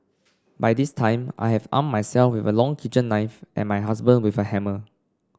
by this time I have armed myself with a long kitchen knife and my husband with a hammer